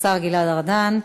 השר גלעד ארדן.